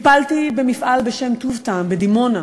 טיפלתי במפעל בשם "טוב טעם" בדימונה,